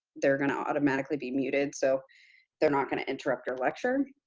they're going to automatically be muted, so they're not going to interrupt your lecture.